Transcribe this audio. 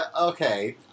Okay